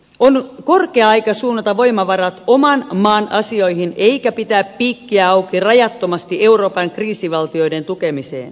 on korkea aika suunnata voimavarat oman maan asioihin eikä pitää piikkiä auki rajattomasti euroopan kriisivaltioiden tukemiseen